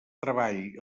treball